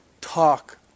talk